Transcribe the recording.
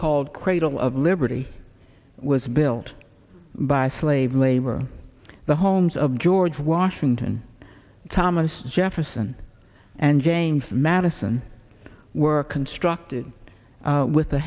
called cradle of liberty was built by slave labor the homes of george washington thomas jefferson and james madison were constructed with the